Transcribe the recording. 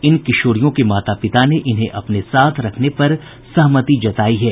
इन किशोरियों के माता पिता ने इन्हें अपने साथ रखने पर सहमति जतायी है